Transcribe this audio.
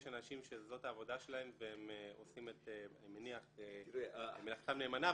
יש אנשים שזאת העבודה שלהם והם עושים אני מניח את מלאכתם נאמנה,